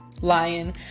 lion